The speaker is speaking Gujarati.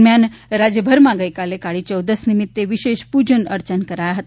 દરમિયાન રાજ્યભરમાં ગઇકાલે કાળી ચૌદશ નિમિત્ત વિશેષ પૂજન અર્ચન કરાયા હતા